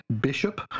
Bishop